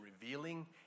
revealing